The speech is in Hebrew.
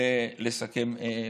לסכם בקלות.